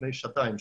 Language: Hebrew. לפני שעתיים,